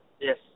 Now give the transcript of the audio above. Yes